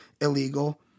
illegal